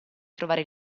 trovare